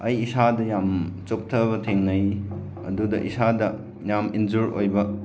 ꯑꯩ ꯏꯁꯥꯗ ꯌꯥꯝ ꯆꯣꯛꯊꯕ ꯊꯦꯡꯅꯩ ꯑꯗꯨꯗ ꯏꯁꯥꯗ ꯌꯥꯝ ꯏꯟꯖꯣꯔ ꯑꯣꯏꯕ